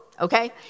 okay